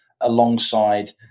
alongside